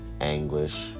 anguish